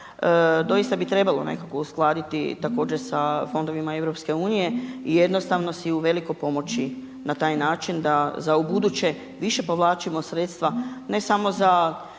doista bi trebalo nekako uskladiti također sa fondovima EU i jednostavno si u veliko pomoći na taj način da za u buduće više povlačimo sredstva ne samo za